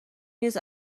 نیست